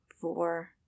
four